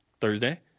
Thursday